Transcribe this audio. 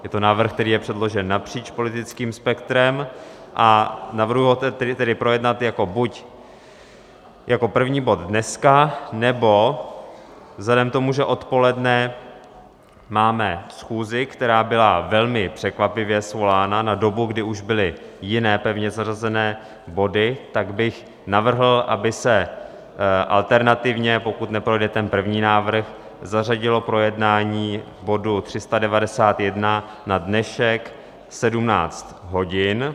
Je to návrh, který je předložen napříč politickým spektrem, a navrhuji ho tedy projednat jako buď první bod dneska, nebo vzhledem k tomu, že odpoledne máme schůzi, která byla velmi překvapivě svolána na dobu, kdy už byly jiné pevně zařazené body, tak bych navrhl, aby se alternativně, pokud neprojde ten první návrh, zařadilo projednání bodu 391 na dnešek v 17 hodin.